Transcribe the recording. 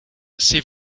c’est